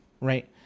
right